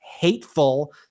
hateful